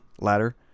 ladder